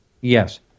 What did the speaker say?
yes